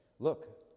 Look